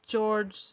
George